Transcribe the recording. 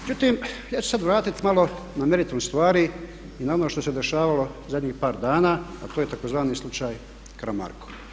Međutim, ja ću se sad vratit malo na meritum stvari i na ono što se dešavalo zadnjih par dana, a to je tzv. slučaj Karamarko.